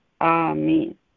Amen